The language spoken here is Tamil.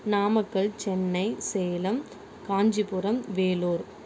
நாமக்கல் சென்னை சேலம் காஞ்சிபுரம் வேலூர்